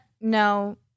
no